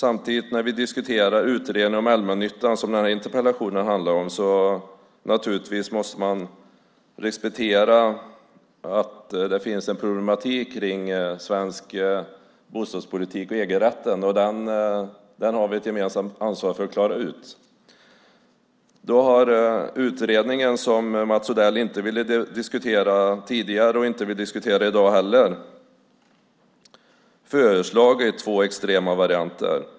När det gäller utredningen om allmännyttan, som den här interpellationen handlar om, måste man naturligtvis respektera att det finns en problematik kring svensk bostadspolitik och EG-rätten, och den har vi ett gemensamt ansvar för att klara ut. Utredningen, som Mats Odell inte ville diskutera tidigare och inte heller vill diskutera i dag, har föreslagit två extrema varianter.